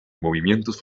movimientos